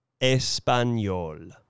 español